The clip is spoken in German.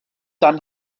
dann